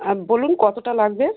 হ্যাঁ বলুন কতটা লাগবে